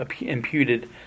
imputed